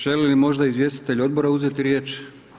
Želi li možda izvjestitelj odbora uzeti riječ?